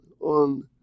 on